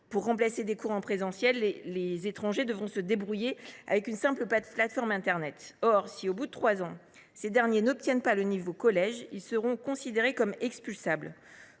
lieu et place de cours en présentiel, les étrangers devront se débrouiller sur une simple plateforme internet ; et si, au bout de trois ans, ils n’atteignent pas le niveau collège, ils seront considérés comme expulsables.